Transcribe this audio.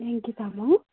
Yangki Tamang